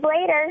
later